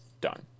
done